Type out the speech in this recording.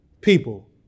people